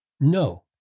No